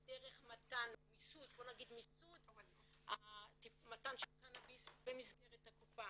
דרך מתן או מיסוד מתן הקנאביס במסגרת הקופה.